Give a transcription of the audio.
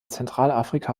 zentralafrika